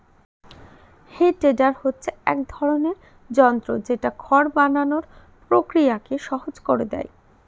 হে tedder হচ্ছে এক ধরনের যন্ত্র যেটা খড় বানানোর প্রক্রিয়াকে সহজ করে দেয়